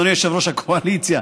אדוני יושב-ראש הקואליציה,